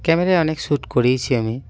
ক্যামেরায় অনেক শ্যুট করেইছি আমি